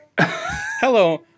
Hello